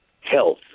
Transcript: health